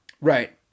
Right